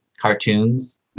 cartoons